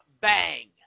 bang